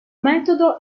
metodo